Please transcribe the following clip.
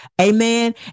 Amen